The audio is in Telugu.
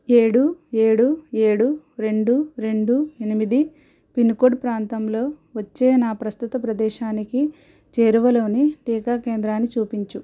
ఏడు ఏడు ఏడు రెండు రెండు ఎనిమిది పిన్ కోడ్ ప్రాంతంలో వచ్చే నా ప్రస్తుత ప్రదేశానికి చేరువలోని టీకా కేంద్రాన్ని చూపించు